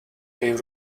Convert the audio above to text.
they